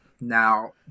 Now